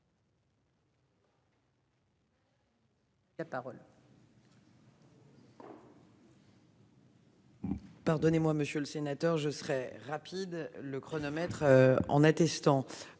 dessus. Pardonnez-moi, monsieur le sénateur, je serais rapide le chronomètre en attestant.